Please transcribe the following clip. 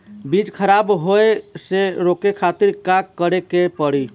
बीज खराब होए से रोके खातिर का करे के पड़ी?